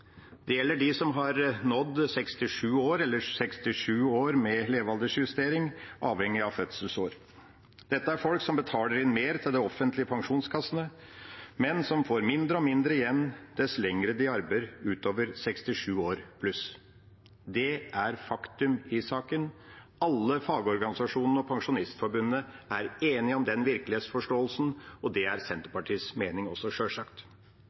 Det gjelder dem som har nådd 67 år, eller 67 år med levealdersjustering, avhengig av fødselsår. Dette er folk som betaler inn mer til de offentlige pensjonskassene, men som får mindre og mindre igjen dess lenger de arbeider utover 67 år pluss. Det er faktum i saken. Alle fagorganisasjonene og pensjonistforbundene er enige om den virkelighetsforståelsen, og det er Senterpartiets mening også, sjølsagt.